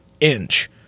inch